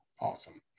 Awesome